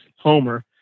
Homer